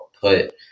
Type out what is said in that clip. put